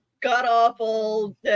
god-awful